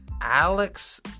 Alex